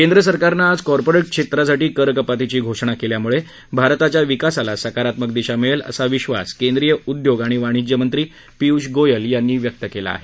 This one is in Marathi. केंद्र सरकारनं आज कॉर्पोरेट क्षेत्रासाठी कर कपातीची घोषणा केल्यामुळे भारताच्या विकासाला सकारात्मक दिशा मिळेल असा विश्वास केंद्रीय उद्योग आणि वाणिज्य मंत्री पियुष गोयल यांनी व्यक्त केला आहे